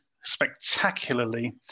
spectacularly